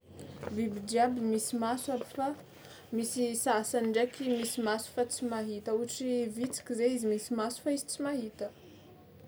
Biby jiaby misy maso aby, fa misy sasany ndraiky misy maso fa tsy mahita, ôhatry vitsiky zao izy misy maso fa izy tsy mahita.